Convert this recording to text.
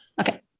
Okay